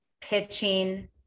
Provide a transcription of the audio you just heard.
pitching